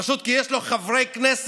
פשוט כי יש לו חברי כנסת